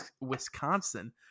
Wisconsin